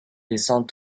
descends